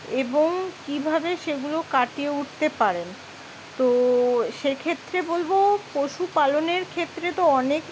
এবং কীভাবে সেগুলো কাটিয়ে উঠতে পারেন তো সেক্ষেত্রে বলবো পশুপালনের ক্ষেত্রে তো অনেক